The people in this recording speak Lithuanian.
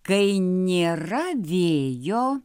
kai nėra vėjo